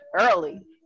early